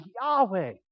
Yahweh